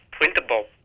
printable